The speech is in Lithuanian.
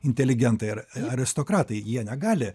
inteligentai ir aristokratai jie negali